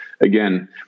again